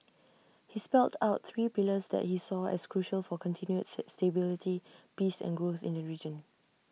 he spelt out three pillars that he saw as crucial for continued stability peace and growth in the region